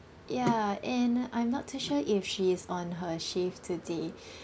ya and I'm not too sure if she is on her shift today